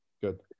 good